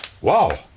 Wow